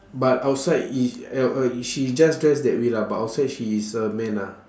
but outside is uh uh is she just dress that way lah but outside she is a man ah